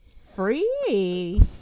Free